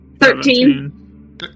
Thirteen